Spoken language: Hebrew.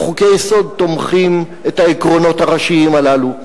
חוקי-יסוד תומכים את העקרונות הראשיים הללו.